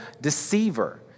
deceiver